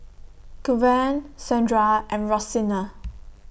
Kevan Sandra and Roseanna